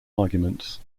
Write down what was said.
arguments